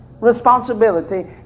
responsibility